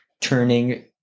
turning